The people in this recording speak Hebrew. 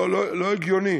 לא הגיוני.